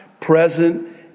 present